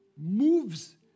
moves